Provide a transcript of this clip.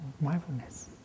mindfulness